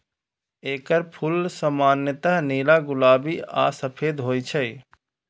एकर फूल सामान्यतः नीला, गुलाबी आ सफेद होइ छै